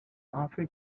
offer